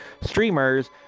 streamers